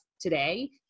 today